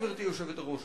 גברתי היושבת-ראש,